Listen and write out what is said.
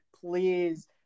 please